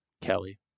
Kelly